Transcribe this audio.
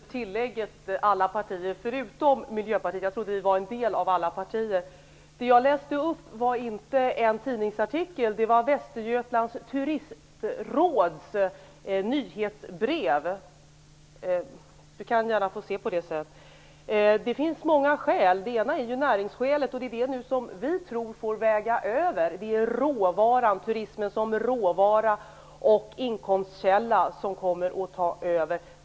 Fru talman! Jag är glad över tillägget om att det gäller alla partier utom Miljöpartiet. Jag trodde vi var en del av alla partier. Jag läste inte innantill ur en tidningsartikel, utan det var Västergötlands turistråds nyhetsbrev. Jag kan gärna visa det senare för Kurt Ove Johansson. Det finns många skäl att anföra här. Ett är näringsskälet. Det är det som vi tror får väga över. Det är alltså turismen som råvara och inkomstkälla som kommer att ta över.